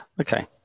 okay